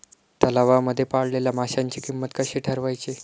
तलावांमध्ये पाळलेल्या माशांची किंमत कशी ठरवायची?